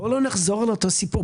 בואו לא נחזור על אותו סיפור,